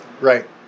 Right